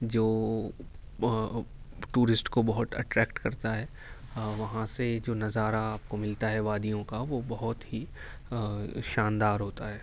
جو ٹورسٹ کو بہت ایٹریکٹ کرتا ہے وہاں سے جو نظارہ آپ کو ملتا ہے وادیوں کا وہ بہت ہی شاندار ہوتا ہے